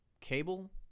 cable